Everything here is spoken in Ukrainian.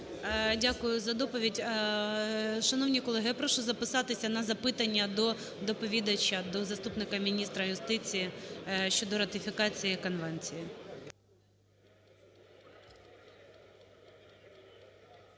Дякую за доповідь. Шановні колеги, я прошу записатися на запитання до доповідача, до заступника міністра юстиції щодо ратифікації конвенції.